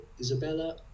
Isabella